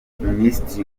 minisitiri